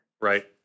Right